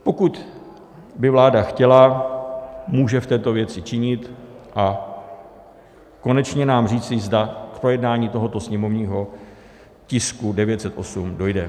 Pokud by vláda chtěla, může v této věci činit a konečně nám říci, zda k projednání tohoto sněmovního tisku 908 dojde.